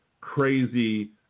crazy